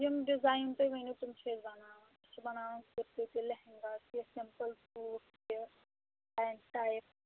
یِم ڈِزایِن تُہۍ ؤنِو تِم چھِ أسۍ بَناوَان أسۍ چھِ بَناوَان کُرتہٕ تہِ لہنٛگا چھِ سِمپٕل سوٗٹ تہِ پَیٚنٛت ٹایپ